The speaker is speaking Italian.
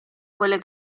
quelle